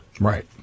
Right